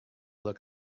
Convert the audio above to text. look